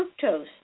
Fructose